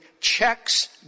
checks